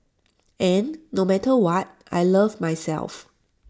and no matter what I love myself